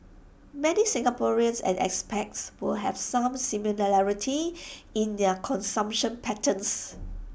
many Singaporeans and expats will have some similarities in their consumption patterns